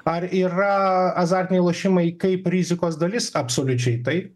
ar yra azartiniai lošimai kaip rizikos dalis absoliučiai taip